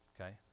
okay